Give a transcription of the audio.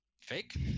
Fake